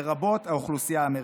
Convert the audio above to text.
לרבות האוכלוסייה האמריקנית.